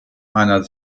einer